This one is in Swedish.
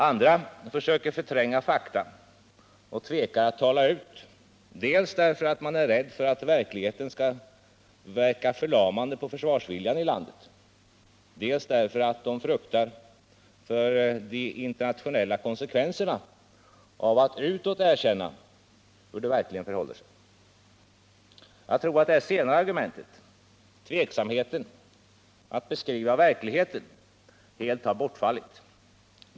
Andra försöker förtränga fakta och tvekar att tala ut, dels därför att de är rädda för att verkligheten skall verka förlamande på försvarsviljan i landet, dels därför att de fruktar för de internationella konsekvenserna av att utåt erkänna hur det verkligen förhåller sig. Jag tror att det senare argumentet — tveksamheten att beskriva verkligheten — helt har bortfallit.